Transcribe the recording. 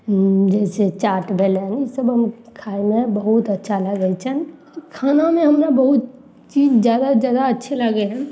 जैसे चाट भेलनि ई सब खाइमे बहुत अच्छा लागय छनि खानामे हमरा बहुत चीज जादा जादा अच्छे लागय हइ